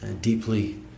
deeply